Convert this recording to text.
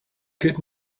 could